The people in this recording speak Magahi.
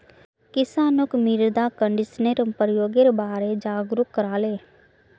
किसानक मृदा कंडीशनरेर प्रयोगेर बारे जागरूक कराले